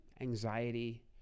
anxiety